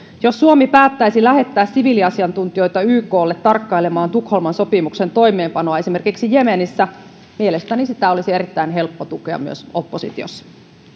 jos suomi päättäisi lähettää siviiliasiantuntijoita yklle tarkkailemaan esimerkiksi tukholman sopimuksen toimeenpanoa jemenissä mielestäni sitä olisi erittäin helppo tukea myös oppositiossa